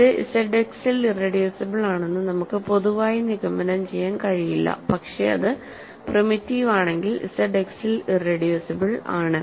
ഇത് ZX ൽ irreducible ആണെന്ന് നമുക്ക് പൊതുവായി നിഗമനം ചെയ്യാൻ കഴിയില്ല പക്ഷേ അത് പ്രിമിറ്റീവ് ആണെങ്കിൽ Z X ൽ ഇറെഡ്യൂസിബിൾ ആണ്